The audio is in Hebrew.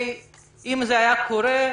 אם זה היה קורה,